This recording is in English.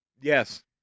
Yes